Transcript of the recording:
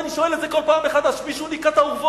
אני שואל את זה כל פעם מחדש: מישהו ניקה את האורוות?